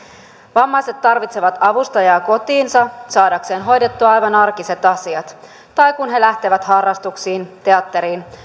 vammaiset tarvitsevat avustajaa kotiinsa saadakseen hoidettua aivan arkiset asiat tai kun he lähtevät harrastuksiin teatteriin